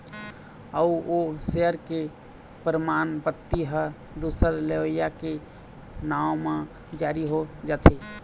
अउ ओ सेयर के परमान पाती ह दूसर लेवइया के नांव म जारी हो जाथे